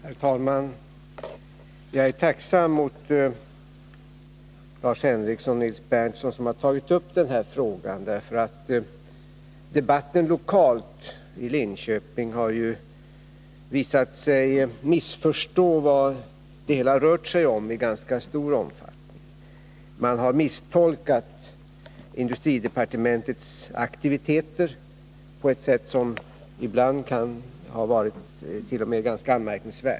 Herr talman! Jag är tacksam mot Lars Henrikson och Nils Berndtson för att de tagit upp denna fråga, eftersom debatten lokalt i Linköping har visat att man i ganska stor utsträckning missförstått vad det hela rör sig om. Man har misstolkat industridepartementets aktiviteter på ett sätt som ibland t.o.m. kan ha varit ganska anmärkningsvärt.